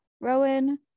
Rowan